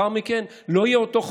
החוק שיגיע לאחר מכן לא יהיה אותו חוק.